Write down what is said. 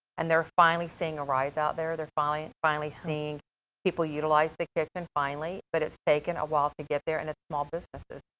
and they're finally seeing a rise out there. they're finally, finally seeing people utilize the kitchen, finally. but it's taken a while to get there. and it's small businesses.